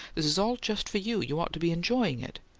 this is all just for you! you ought to be enjoying it.